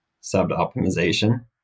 sub-optimization